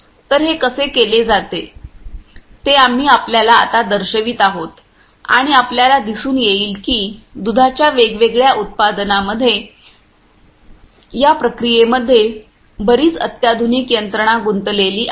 तर हे कसे केले जाते ते आम्ही आपल्याला आता दर्शवित आहोत आणि आपल्याला दिसून येईल की दुधाच्या वेगवेगळ्या उत्पादनांमध्ये या प्रक्रियेमध्ये बरीच अत्याधुनिक यंत्रणा गुंतलेली आहे